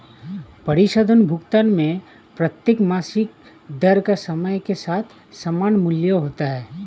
परिशोधन भुगतान में प्रत्येक मासिक दर का समय के साथ समान मूल्य होता है